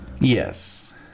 Yes